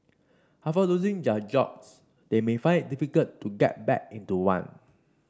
after losing their jobs they may find difficult to get back into one